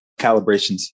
calibrations